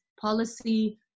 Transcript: policy